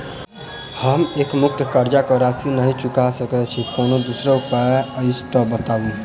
हम एकमुस्त कर्जा कऽ राशि नहि चुका सकय छी, कोनो दोसर उपाय अछि तऽ बताबु?